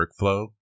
workflow